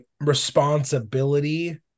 responsibility